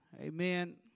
Amen